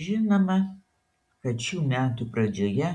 žinoma kad šių metų pradžioje